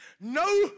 no